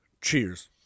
cheers